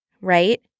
right